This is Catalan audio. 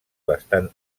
bastant